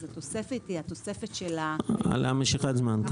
אז התוספת היא התוספת --- מל משיכת הזמן.